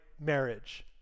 marriage